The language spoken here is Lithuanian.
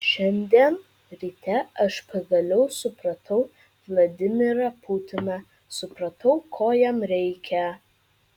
šiandien ryte aš pagaliau supratau vladimirą putiną supratau ko jam reikia